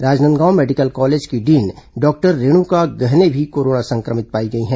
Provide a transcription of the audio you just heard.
Rajnandgaon medical college की dean doctor Renuka Gahane भी corona संक्रमित पाई गई हैं